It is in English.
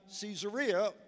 Caesarea